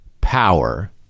power—